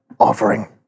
offering